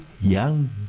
young